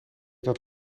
dat